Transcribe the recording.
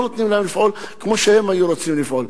שלא נותנים להם לפעול כמו שהם היו רוצים לפעול.